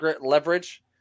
leverage